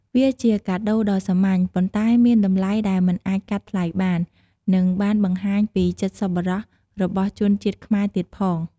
វាជាកាដូដ៏សាមញ្ញ ប៉ុន្តែមានតម្លៃដែលមិនអាចកាត់ថ្លៃបាន និងបានបង្ហាញពីចិត្តសប្បុរសរបស់ជនជាតិខ្មែរទៀតផង។